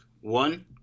One